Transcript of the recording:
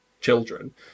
children